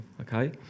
Okay